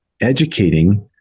educating